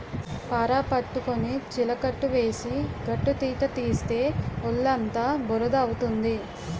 పార పట్టుకొని చిలకట్టు వేసి గట్టుతీత తీస్తే ఒళ్ళుఅంతా బురద అవుతుంది